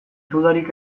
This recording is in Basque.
dudarik